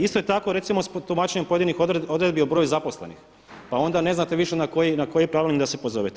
Isto je tako recimo sa tumačenjem pojedinih odredbi o broju zaposlenih, pa onda ne znate više na koji pravilnik da se pozovete.